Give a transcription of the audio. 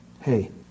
hey